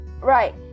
Right